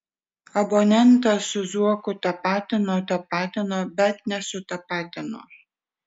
abonentą su zuoku tapatino tapatino bet nesutapatino